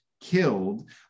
killed